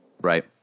Right